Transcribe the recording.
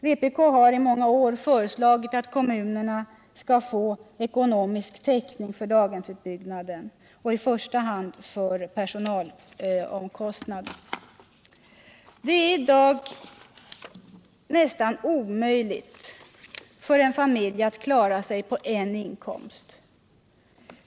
Vpk har i många år föreslagit att kommunerna skall få ekonomisk täckning för dagshemsutbyggnaden och i första hand för personalomkostnaden. Det är i dag nästan omöjligt för en familj att klara sig på en inkomst.